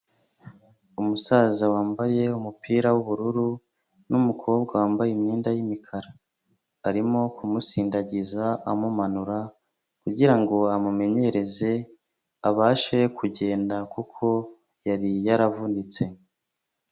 Umusaza wambaye umupira w'ubururu n'umukobwa wambaye imyenda y'imikara arimo kumusindagiza amumanura kugira ngo amumenyereze abashe kugenda kuko yari yaravunitse.